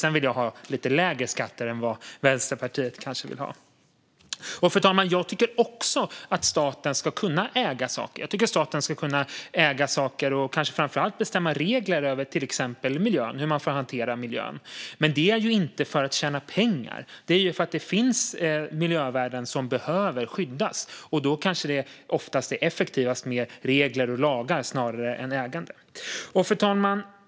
Sedan vill jag ha lite lägre skatter än vad Vänsterpartiet kanske vill ha. Fru talman! Jag tycker också att staten ska kunna äga saker. Staten ska kunna äga saker och kanske framför allt bestämma regler om till exempel hur man får hantera miljön. Men det är inte för att tjäna pengar. Det är för att det finns miljövärden som behöver skyddas. Då kanske det oftast är effektivast med regler och lagar snarare än ägande. Fru talman!